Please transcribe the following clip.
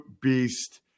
beast